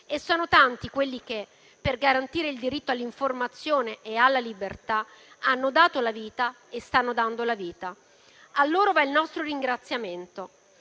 Sono tanti quelli che, per garantire il diritto all'informazione e alla libertà, hanno dato e stanno dando la vita. A loro va il nostro ringraziamento.